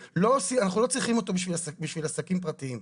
אנחנו לא צריכים אותו בשביל עסקים פרטיים,